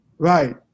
right